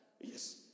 Yes